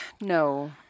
No